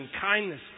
kindness